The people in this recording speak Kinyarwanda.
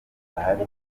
gahari